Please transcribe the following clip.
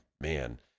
man